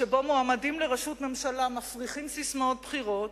שבו מועמדים לראשות ממשלה מפריחים ססמאות בחירות,